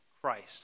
Christ